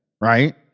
Right